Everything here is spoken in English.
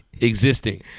existing